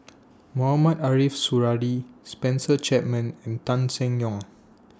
Mohamed Ariff Suradi Spencer Chapman and Tan Seng Yong